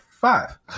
five